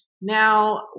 Now